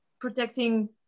protecting